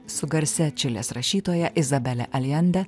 su garsia čilės rašytoja izabele alende